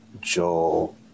joel